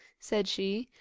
said she,